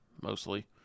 mostly